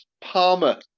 Palmer